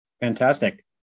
Fantastic